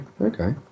okay